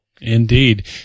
Indeed